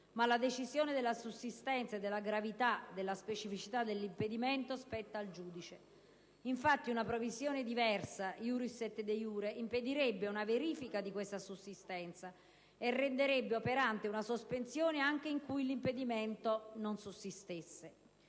ma la decisione della sussistenza della gravità e della specificità dell'impedimento spetta al giudice. Infatti, una previsione diversa *iuris et de iure* impedirebbe una verifica di questa sussistenza e renderebbe operante una sospensione anche nel caso in cui l'impedimento non sussistesse,